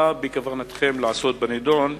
ומה בכוונתכם לעשות בנדון?